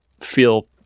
feel